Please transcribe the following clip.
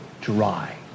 dry